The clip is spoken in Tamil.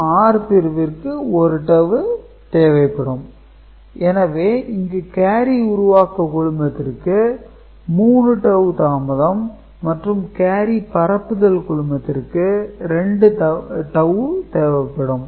C11 G11 8 P11 8G7 4 P11 8P7 4G3 0 P11 8P7 4P3 0C 1 C15 G15 12 P15 12G11 8 P15 12P11 8G7 4 P15 12P11 8P7 4G3 0 P15 12P11 8P7 4P3 0C 1 எனவே இங்கு கேரி உருவாக்க குழுமத்திற்கு 3 டவூ தாமதம் மற்றும் கேரி பரப்புதல் குழுமத்திற்கு 2 டவூ தேவைப்படும்